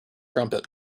trumpet